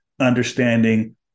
understanding